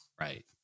Right